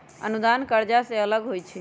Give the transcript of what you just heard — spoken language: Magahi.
अनुदान कर्जा से अलग होइ छै